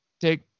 take